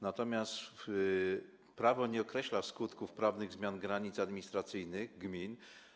Natomiast prawo nie określa skutków prawnych zmian granic administracyjnych gmin.